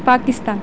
Pakistan